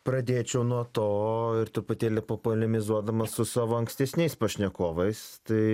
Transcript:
pradėčiau nuo to ir truputėlį polemizuodamas su savo ankstesniais pašnekovais tai